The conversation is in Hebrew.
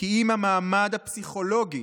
כי אם 'המעמד הפסיכולוגי'